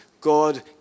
God